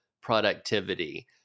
productivity